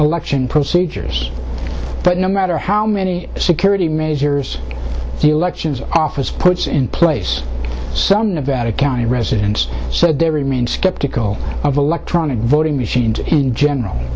election procedures but no matter how many security measures the elections office puts in place some nevada county residents so they remain skeptical of electronic voting machines in general